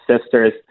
sisters